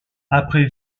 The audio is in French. après